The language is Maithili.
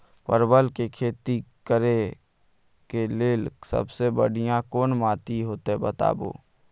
परवल के खेती करेक लैल सबसे बढ़िया कोन माटी होते बताबू?